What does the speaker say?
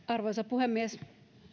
arvoisa puhemies